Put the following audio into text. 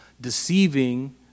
deceiving